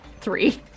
three